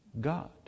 God